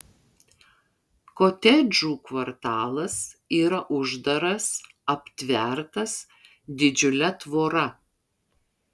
kotedžų kvartalas yra uždaras aptvertas didžiule tvora